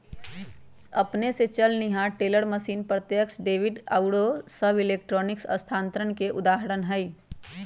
अपने स चलनिहार टेलर मशीन, प्रत्यक्ष डेबिट आउरो सभ इलेक्ट्रॉनिक स्थानान्तरण के उदाहरण हइ